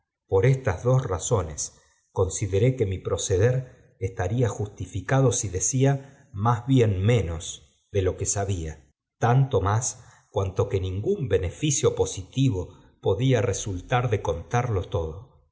por estas dos razo'pos consideré que mi proceder estaría justificado í decía más bien menos de lo que sabía tanto cuanto que ningún beneficio poritivo podía recitar da contarlo todo